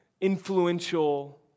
influential